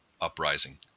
uprising